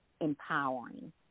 empowering